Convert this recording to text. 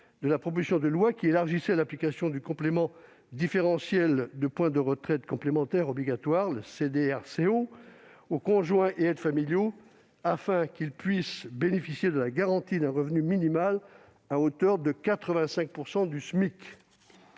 de la proposition de loi qui élargissait l'application du complément différentiel de points de retraite complémentaire obligatoire aux conjoints et aides familiaux afin qu'ils puissent bénéficier de la garantie d'un revenu minimal à hauteur de 85 % du SMIC.